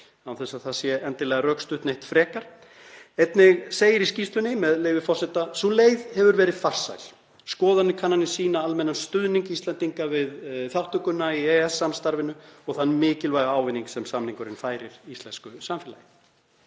Einnig segir í skýrslunni: „Sú leið hefur verið farsæl. Skoðanakannanir sýna almennan stuðning Íslendinga við þátttökuna í EES-samstarfinu og þann mikilvæga ávinning sem samningurinn færir íslensku samfélagi.“